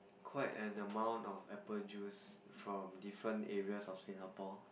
quite an amount of apple juice from different areas of Singapore